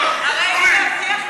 הריני להבטיח לך.